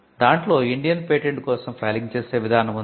దాంట్లో Indian patent కోసం filing చేసే విధానం ఉంది